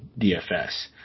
DFS